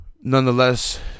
Nonetheless